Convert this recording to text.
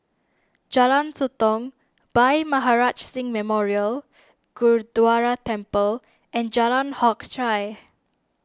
Jalan Sotong Bhai Maharaj Singh Memorial Gurdwara Temple and Jalan Hock Chye